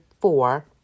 four